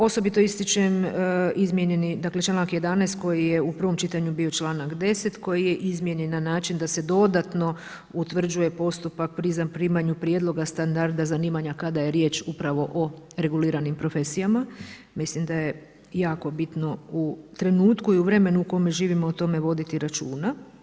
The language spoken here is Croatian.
Osobito ističem izmijenjen je dakle članak 11. koji je u prvom čitanju bio članak 10. koji je izmijenjen na način da se dodatno utvrđuje postupak pri zaprimanju prijedloga standarda zanimanja kada je riječ upravo o reguliranim profesijama, mislim da je jako bitno u trenutku i u vremenu u kojem živimo o tome voditi računa.